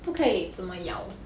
不可以怎么咬